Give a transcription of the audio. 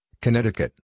Connecticut